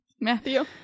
Matthew